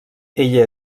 ella